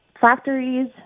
factories